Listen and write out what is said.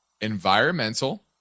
Environmental